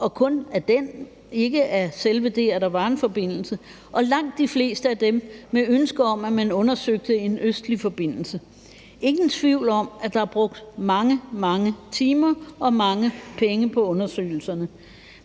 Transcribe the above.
var kun af den og ikke af selve det, at der var en forbindelse, og langt de fleste af dem var med et ønske om, at man undersøgte en østlig forbindelse. Der er ingen tvivl om, at der er brugt mange, mange timer og mange penge på undersøgelserne,